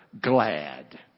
Glad